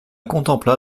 contempla